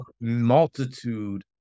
multitude